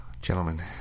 gentlemen